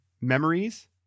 memories